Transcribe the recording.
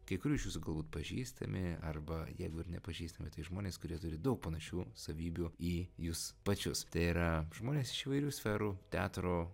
kai kurių iš jūsų galbūt pažįstami arba jeigu ir nepažįstami tai žmonės kurie turi daug panašių savybių į jus pačius tai yra žmonės iš įvairių sferų teatro